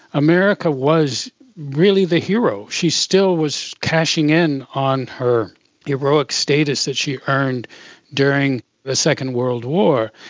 america was really the hero, she still was cashing in on her heroic status that she earned during the second world war,